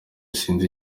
sinzi